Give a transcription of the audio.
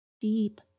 deep